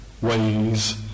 ways